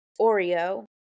Oreo